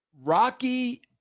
Rocky